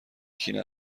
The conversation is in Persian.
کیه